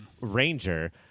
ranger